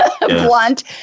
blunt